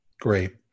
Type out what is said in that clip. Great